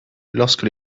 lorsque